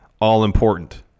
all-important